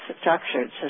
structured